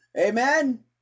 Amen